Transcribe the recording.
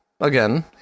again